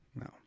No